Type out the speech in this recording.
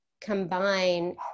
combine